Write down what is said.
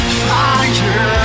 fire